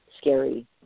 scary